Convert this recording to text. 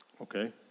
Okay